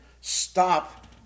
Stop